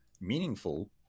meaningful